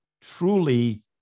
truly